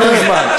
עדיין אין זמן.